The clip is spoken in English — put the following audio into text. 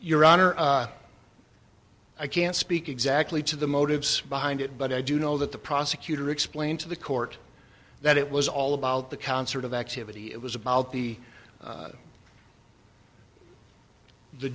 your honor i can't speak exactly to the motives behind it but i do know that the prosecutor explained to the court that it was all about the concert of activity it was about the